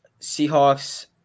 Seahawks